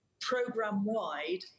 program-wide